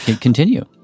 continue